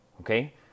okay